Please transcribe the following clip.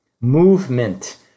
Movement